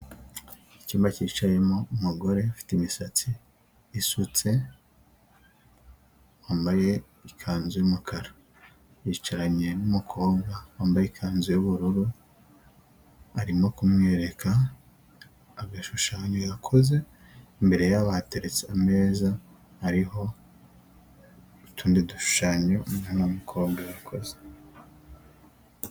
Icyumba cyicayemo umugore ufite imisatsi isutse, wambaye ikanzu y'umukara, yicaranye n'umukobwa wambaye ikanzu y'ubururu arimo kumwereka agashushanyo yakoze, imbere yabo hateretse ameza aariho utundi dushushanyo umwana w'umukobwa yakoze.